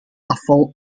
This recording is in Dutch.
afval